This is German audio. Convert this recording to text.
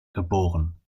geboren